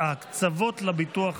הקצבות לביטוח הלאומי,